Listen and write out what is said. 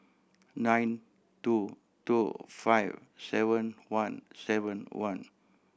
nine two two five seven one seven one